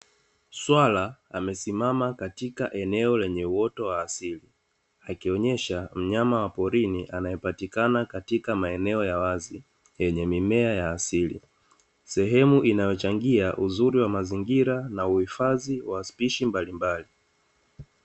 Swala amesimama katika eneo lenye uoto wa asili, akionyesha mnyama wa porini anayepatikana katika maeneo ya wazi yenye mimea ya asili. Sehemu inayochangia uzuri wa mazingira na uhifadhi wa spishi mbalimbali.